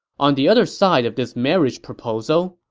on the other side of this marriage proposal,